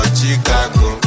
Chicago